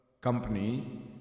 company